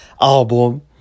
album